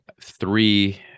three